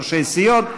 ראשי סיעות.